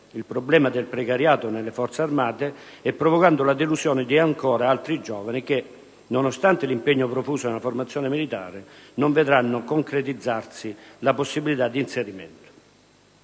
il problema del precariato nelle Forze armate e provocando la delusione di altri giovani che, nonostante l'impegno profuso nella formazione militare, non vedranno concretizzarsi la possibilità di inserimento.